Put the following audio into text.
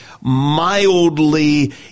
mildly